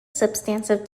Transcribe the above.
substantive